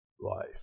life